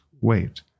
wait